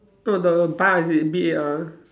the bar is it B a R